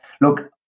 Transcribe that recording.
look